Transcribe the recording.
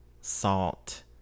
salt